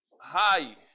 Hi